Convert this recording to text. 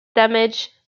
damage